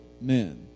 men